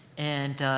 and,